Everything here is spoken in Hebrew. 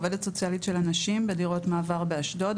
עובדת סוציאלית של הנשים בדירות מעבר באשדוד,